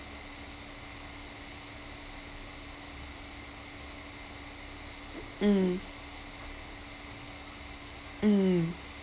mm mm